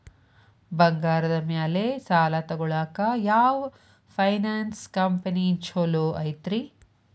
ಬಂಗಾರದ ಮ್ಯಾಲೆ ಸಾಲ ತಗೊಳಾಕ ಯಾವ್ ಫೈನಾನ್ಸ್ ಕಂಪನಿ ಛೊಲೊ ಐತ್ರಿ?